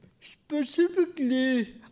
specifically